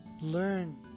learn